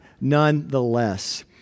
nonetheless